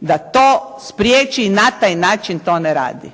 da to spriječi i na taj način to ne radi.